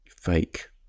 fake